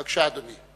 בבקשה, אדוני.